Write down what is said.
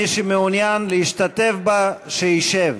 מי שמעוניין להשתתף בה, שישב.